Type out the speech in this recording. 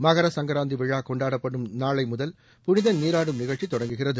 மகரசங்கராந்தி விழா கொண்டாடப்படும் நாளை முதல் புனித நீராடும் நிகழ்ச்சி தொடங்குகிறது